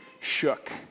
shook